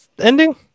ending